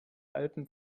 alpen